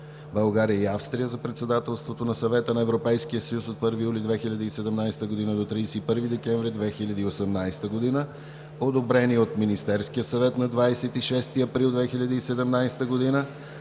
България и Австрия за председателството на Съвета на Европейския съюз от 1 юли 2017 г. до 31 декември 2018 г., одобрен е и от Министерския съвет на 26 април 2017 г.